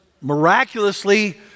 miraculously